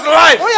life